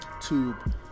tube